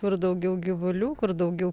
kur daugiau gyvulių kur daugiau